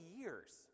years